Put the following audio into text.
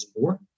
more